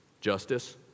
Justice